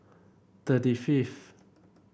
thirty fifth